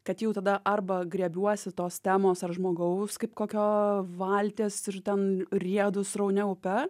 kad jau tada arba griebiuosi tos temos ar žmogaus kaip kokio valties ir ten riedu sraunia upe